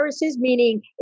meaning